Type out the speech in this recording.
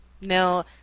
No